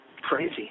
crazy